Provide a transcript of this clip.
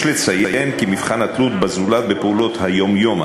יש לציין כי מבחן התלות בזולת בפעולות היום-יום,